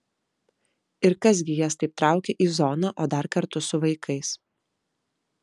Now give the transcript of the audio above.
ir kas gi jas taip traukia į zoną o dar kartu su vaikais